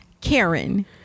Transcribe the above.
Karen